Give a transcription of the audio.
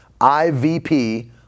IVP